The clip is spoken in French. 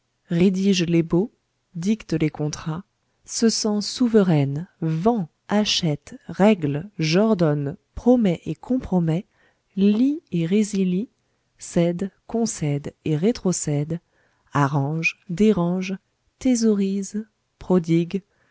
rédige les baux dicte les contrats se sent souveraine vend achète règle jordonne promet et compromet lie et résilie cède concède et rétrocède arrange dérange thésaurise prodigue